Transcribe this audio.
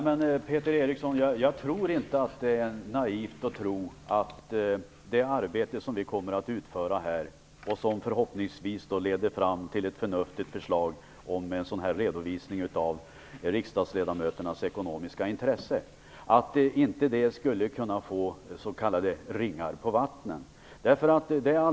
Herr talman! Jag tycker inte, Peter Eriksson, att det är naivt att tro att det arbete som vi kommer att utföra här, och som förhoppningsvis leder fram till ett förnuftigt förslag om en redovisning av riksdagsledamöternas ekonomiska intressen, skulle kunna ge ringar på vattnet.